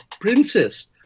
princess